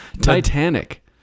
Titanic